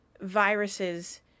Viruses